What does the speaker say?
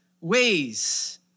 ways